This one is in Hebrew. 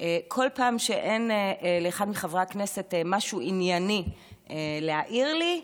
כל פעם שאין לאחד מחברי הכנסת משהו ענייני להעיר לי,